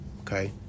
okay